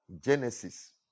Genesis